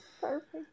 Perfect